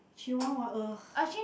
chihuahua !ugh!